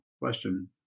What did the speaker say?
question